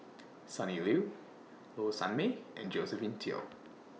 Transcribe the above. Sonny Liew Low Sanmay and Josephine Teo